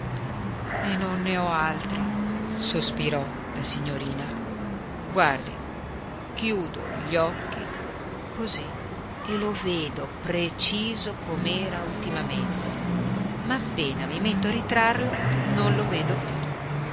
e non ne ho altri sospirò la signorina guardi chiudo gli occhi così e lo vedo preciso com'era ultimamente ma appena mi metto a ritrarlo non lo vedo più